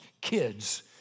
kids